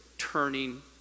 turning